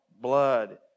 blood